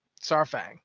Sarfang